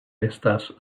estas